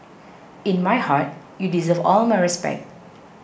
in my heart you deserve all my respect